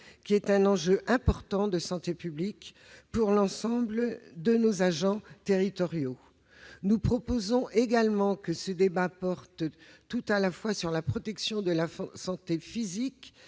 enjeu important de santé publique pour l'ensemble des agents territoriaux. Nous proposons également que ce débat porte tout à la fois sur la protection de la santé physique